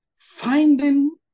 Finding